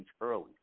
early